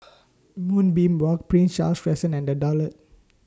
Moonbeam Walk Prince Charles Crescent and The Daulat